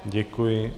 Děkuji.